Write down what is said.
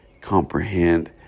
comprehend